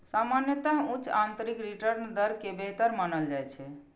सामान्यतः उच्च आंतरिक रिटर्न दर कें बेहतर मानल जाइ छै